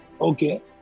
Okay